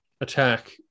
attack